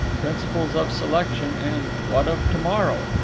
principles of selection, and what of to-morrow?